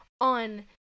on